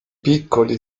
piccoli